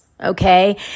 okay